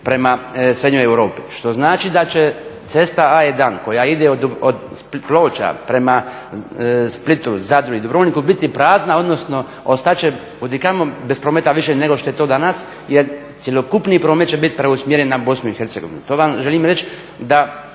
prema srednjoj Europi. Što znači da će cesta A1 koja ide od Ploča prema Splitu, Zadru i Dubrovniku biti prazna odnosno ostat će kudikamo bez prometa više nego što je to danas jer cjelokupni promet će biti preusmjeren na BiH. To vam želim reći da